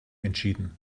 entschieden